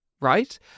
right